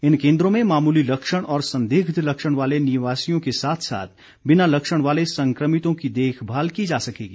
इन केन्द्रों में मामूली लक्षण और संदिग्ध लक्षण वाले निवासियों के साथ साथ बिना लक्षण वाले संक्रमितों की देखभाल की जा सकेगी